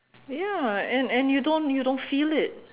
ya and and you don't you don't feel it